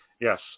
yes